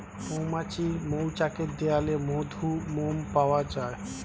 মৌমাছির মৌচাকের দেয়ালে মধু, মোম পাওয়া যায়